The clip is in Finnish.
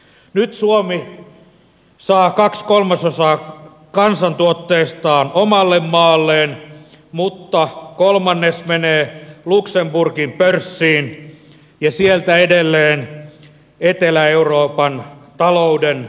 nyt suomi saa kaksi kolmasosaa kansantuotteestaan omalle maalleen mutta kolmannes menee luxemburgin pörssiin ja sieltä edelleen etelä euroopan talouden jälkihoitoon